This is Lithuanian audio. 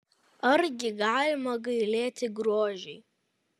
argi galima gailėti grožiui